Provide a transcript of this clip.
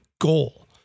goal